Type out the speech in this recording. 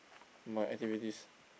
my activities